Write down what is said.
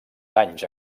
danys